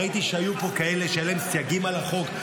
ראיתי שהיו פה כאלה שהיו להם סייגים על החוק.